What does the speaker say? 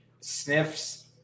sniffs